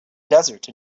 desert